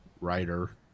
writer